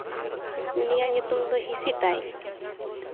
ᱩᱱᱤᱭᱟᱜ ᱧᱩᱛᱩᱢ ᱫᱚ ᱦᱤᱸᱥᱤ ᱛᱟᱭ